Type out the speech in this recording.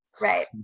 Right